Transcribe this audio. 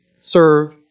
serve